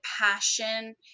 passion